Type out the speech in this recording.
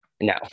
No